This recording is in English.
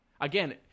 Again